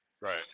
Right